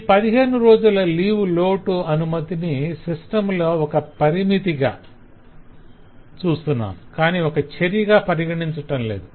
ఈ 15 రోజుల లీవ్ లోటు అనుమతిని సిస్టం లో ఒక పరిమితిగా చూస్తున్నాము కాని ఒక చర్యగా పరిగణించటంలేదు